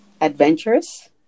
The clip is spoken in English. adventurous